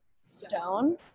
stone